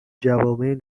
جوامع